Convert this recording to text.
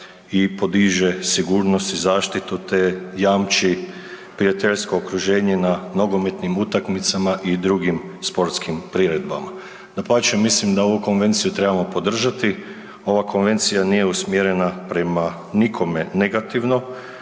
i podiže sigurnost i zaštitu te jamči prijateljsko okruženje na nogometnim utakmicama i drugim sportskim priredbama. Dapače, mislim da ovu konvenciju trebamo podržati. Ova konvencija nije usmjerena prema nikome negativno